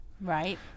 right